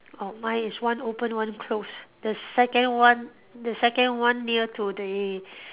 oh mine is one open one close the second one the second one near to the